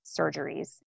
surgeries